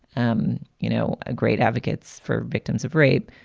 um you know, a great advocates for victims of rape.